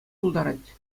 пултарать